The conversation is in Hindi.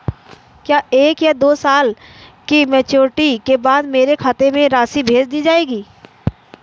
क्या एक या दो साल की मैच्योरिटी के बाद मेरे खाते में राशि भेज दी जाएगी?